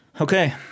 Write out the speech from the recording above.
Okay